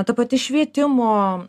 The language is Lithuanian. ta pati švietimo